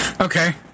Okay